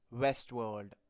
Westworld